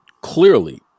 clearly